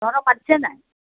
তহঁতক মাতিছে নে নাই